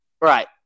Right